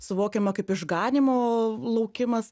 suvokiama kaip išganymo laukimas